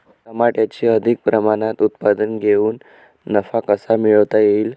टमाट्याचे अधिक प्रमाणात उत्पादन घेऊन नफा कसा मिळवता येईल?